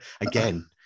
again